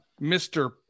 Mr